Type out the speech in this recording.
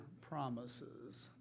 promises